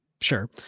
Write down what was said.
sure